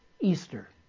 Easter